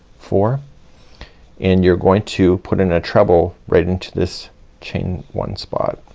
four and you're going to put in a treble right into this chain one spot.